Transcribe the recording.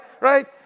right